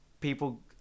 people